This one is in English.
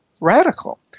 radical